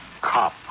Cop